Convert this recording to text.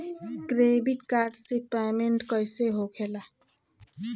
Credit card से payment कईसे होखेला?